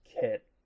Kit